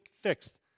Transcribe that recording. fixed